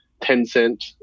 Tencent